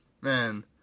man